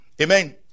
Amen